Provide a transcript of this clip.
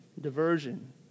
diversion